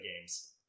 games